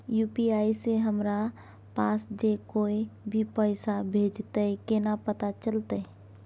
UPI से हमरा पास जे कोय भी पैसा भेजतय केना पता चलते?